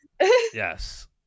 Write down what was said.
Yes